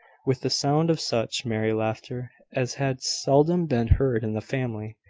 with the sound of such merry laughter as had seldom been heard in the family,